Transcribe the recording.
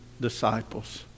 disciples